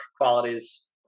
qualities